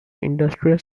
industrial